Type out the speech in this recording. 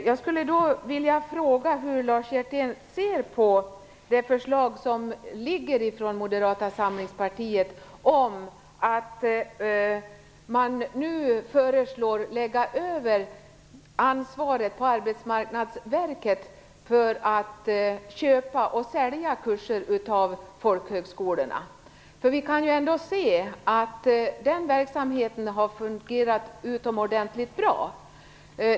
Jag skulle vilja fråga hur Lars Hjertén ser på Moderata samlingspartiets förslag om att ansvaret för att köpa och sälja kurser när det gäller folkhögskolorna skall läggas över på Arbetsmarknadsverket. Den verksamheten har fungerat utomordentligt bra.